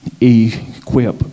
equip